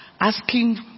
asking